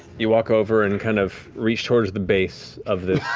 you walk over and kind of reach towards the base of this